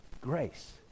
grace